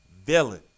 villain